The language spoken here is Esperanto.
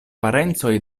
parencoj